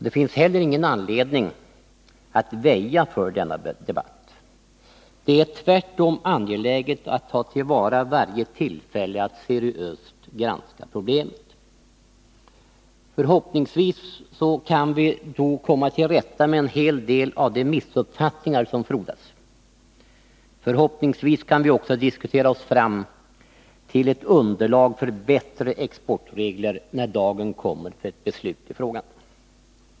Det finns inte heller någon anledning att väja för denna debatt. Det är tvärtom angeläget att ta till vara varje tillfälle att seriöst granska problemet. Förhoppningsvis kan vi då komma till rätta med en hel del av de missuppfattningar som frodas, och förhoppningsvis kan vi också diskutera oss fram till ett underlag för bättre exportregler när dagen kommer för ett beslut i frågan.